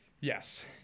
Yes